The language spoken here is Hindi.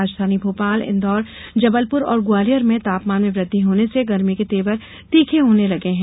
राजधानी भोपाल इंदौर जबलपुर और ग्वालियर में तापमान में वृद्धि होने से गरमी के तेवर तीखे होने लगे हैं